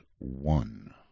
one